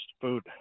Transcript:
food